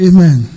Amen